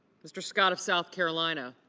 mr. scott of south carolina